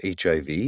HIV